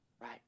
right